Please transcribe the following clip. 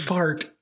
Fart